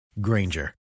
Granger